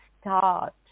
start